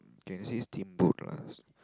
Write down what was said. can say steamboat lah